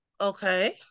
Okay